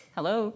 Hello